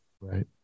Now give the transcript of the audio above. Right